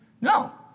no